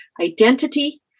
identity